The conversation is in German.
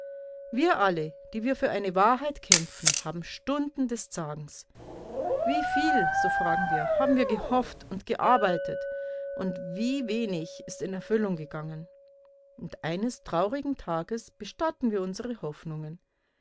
wir alle die wir für eine wahrheit kämpfen haben stunden des zagens wie viel so fragen wir haben wir gehofft und gearbeitet und wie wenig ist in erfüllung gegangen und eines traurigen tages bestatten wir unsere hoffnungen